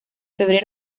febrero